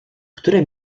które